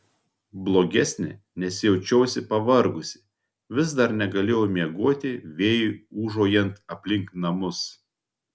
blogesnė nes jaučiausi pavargusi vis dar negalėjau miegoti vėjui ūžaujant aplink namus